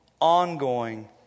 ongoing